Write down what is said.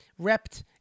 Rept